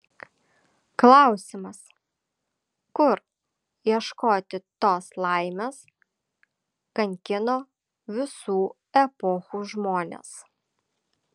klausimas kur ieškoti tos laimės kankino visų epochų žmones